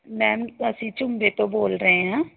ma'am ਅਸੀਂ ਝੁੰਗੇ ਬੋਲ ਤੋਂ ਰਹੇ ਹਾਂ